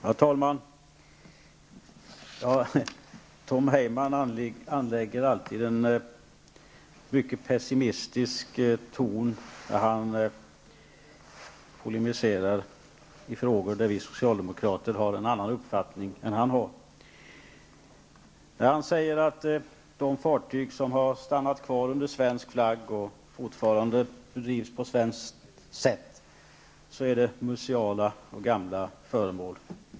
Herr talman! Tom Heyman anlägger alltid en mycket pessimistisk ton när han polemiserar i frågor där vi socialdemokrater har en annan uppfattning än han har. Han säger att de fartyg som har stannat kvar under svensk flagg och fortfarande drivs på svenskt sätt är museala och gamla föremål.